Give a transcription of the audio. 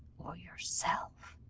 or yourself